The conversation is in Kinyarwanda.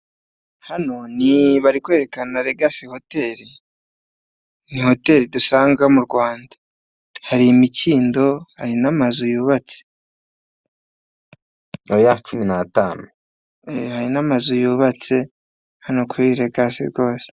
Hano bari kwerekana Regasi hoteri. Ni hoteri dusanga mu Rwanda, hari imikindo n'amazu yubatse hano kuri regasi rwose.